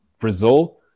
Brazil